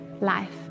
life